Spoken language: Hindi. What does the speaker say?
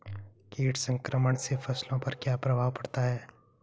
कीट संक्रमण से फसलों पर क्या प्रभाव पड़ता है?